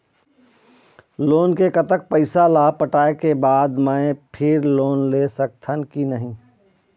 Loan के कतक पैसा ला पटाए के बाद मैं फिर लोन ले सकथन कि नहीं?